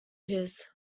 his